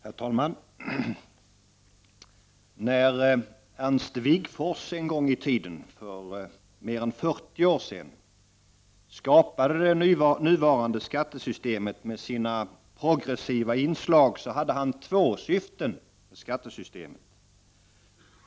Herr talman! När Ernst Wigforss en gång i tiden — för mer än 40 år sedan — skapade det nuvarande skattesystemet med dess progressiva inslag hade han två syften.